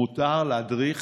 מותר להדריך